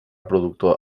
productor